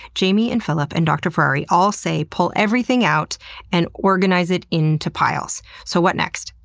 jamie and filip and dr. ferrari all say pull everything out and organize it into piles. so what next?